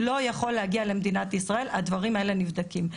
לא יכול להגיע למדינת ישראל והדברים האלה נבדקים.